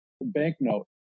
banknote